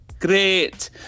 Great